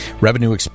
Revenue